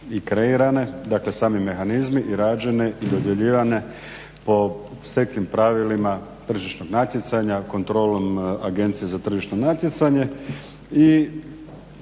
i kreirane, dakle sami mehanizmi i rađene i dodjeljivane po … pravilima tržišnog natjecanja, kontrolom AZTN-a i ja bih rekao da